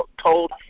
told